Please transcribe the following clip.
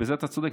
ובזה אתה צודק,